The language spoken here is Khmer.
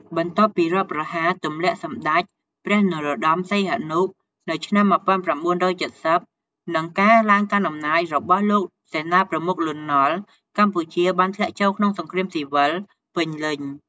បន្ទាប់ពីរដ្ឋប្រហារទម្លាក់សម្ដេចព្រះនរោត្តម សីហនុ នៅឆ្នាំ១៩៧០ និងការឡើងកាន់អំណាចរបស់លោកសេនាប្រមុខ លន់ នល់ កម្ពុជាបានធ្លាក់ចូលក្នុងសង្គ្រាមស៊ីវិលពេញលេញ។